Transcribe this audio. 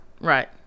Right